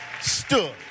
stood